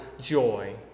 joy